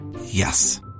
Yes